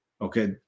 okay